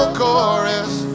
chorus